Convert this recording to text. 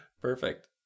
Perfect